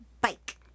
bike